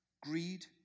greed